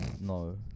no